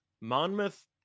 Monmouth